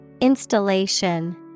Installation